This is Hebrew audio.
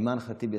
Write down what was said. אימאן ח'טיב יאסין.